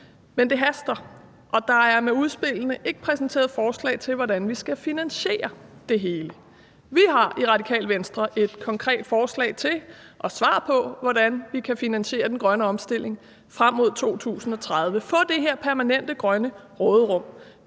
Men det haster, og der er med udspillene ikke præsenteret forslag til, hvordan vi skal finansiere det hele. Vi har i Radikale Venstre et konkret forslag til og svar på, hvordan vi kan finansiere den grønne omstilling frem mod 2030 og få det her permanente grønne råderum,